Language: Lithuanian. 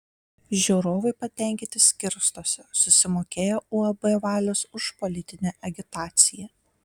žiūrovai patenkinti skirstosi susimokėję uab valius už politinę agitaciją